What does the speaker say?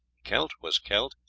celt was celt,